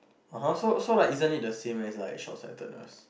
(uh huh) so so like isn't it the same as like shortsightedness